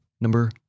number